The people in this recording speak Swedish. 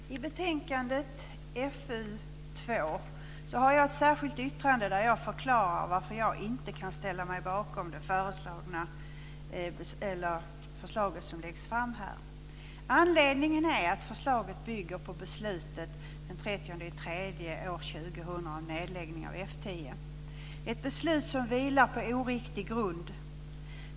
Fru talman! I betänkandet FöU2 har jag ett särskilt yttrande där jag förklarar varför jag inte kan ställa mig bakom det förslag som läggs fram här. Anledningen är att förslaget bygger på beslutet den 30 mars 2000 om nedläggning av F 10, ett beslut som vilar på oriktig grund.